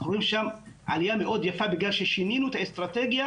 אנחנו רואים שם עלייה מאוד יפה בגלל ששינינו את האסטרטגיה